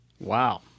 Wow